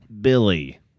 Billy